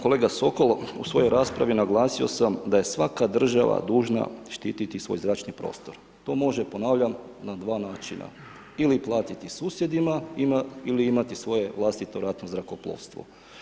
Kolega Sokol, u svojoj raspravi naglasio sam da je svaka država dužna štititi svoj zračni prostor, to može ponavljam na dva načina ili platiti susjedima, ili imati svoje vlastito ratno zrakoplovstvo.